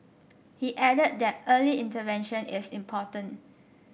he added that early intervention is important